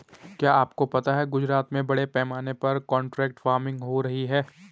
क्या आपको पता है गुजरात में बड़े पैमाने पर कॉन्ट्रैक्ट फार्मिंग हो रही है?